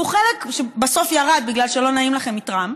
שהוא חלק, בסוף ירד בגלל שלא נעים לכם מטראמפ,